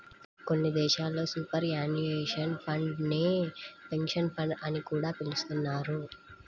కొన్ని దేశాల్లో superannuation fund నే పెన్షన్ ఫండ్ అని కూడా పిలుస్తున్నారు